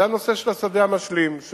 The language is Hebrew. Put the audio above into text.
וזה הנושא של השדה המשלים.